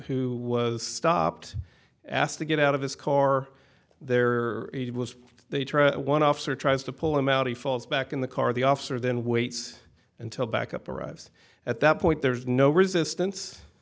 who was stopped asked to get out of his car there was they try one officer tries to pull him out he falls back in the car the officer then waits until backup arrives at that point there's no resistance